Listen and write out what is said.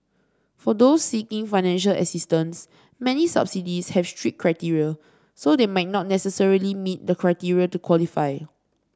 for those seeking financial assistance many subsidies have strict criteria so they might not necessarily meet the criteria to qualify